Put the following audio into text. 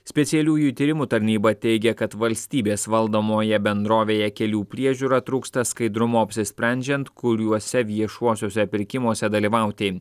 specialiųjų tyrimų tarnyba teigia kad valstybės valdomoje bendrovėje kelių priežiūra trūksta skaidrumo apsisprendžiant kuriuose viešuosiuose pirkimuose dalyvauti